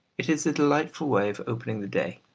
it is a delightful way of opening the day.